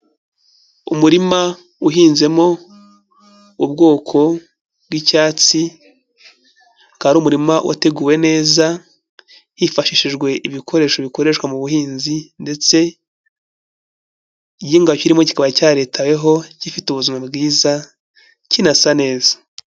Umurima uhinzemo ubwoko bw'icyatsi, akaba ari umurima wateguwe neza hifashishijwe ibikoresho bikoreshwa mu buhinzi ndetse igihinga kirimo kikaba cyaritaweho gifite ubuzima bwiza kinasa neza.